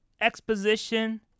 exposition